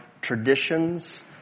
traditions